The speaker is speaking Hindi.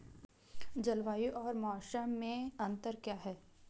जलवायु और मौसम में अंतर क्या है?